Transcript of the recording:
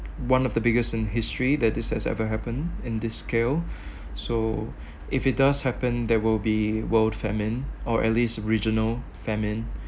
one of the biggest in history that this has ever happened in this scale so if it does happen there will be world famine or at least regional famine